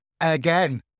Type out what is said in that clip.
again